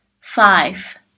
Five